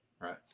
Right